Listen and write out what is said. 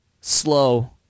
slow